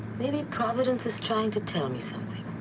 maybe providence is trying to tell me something.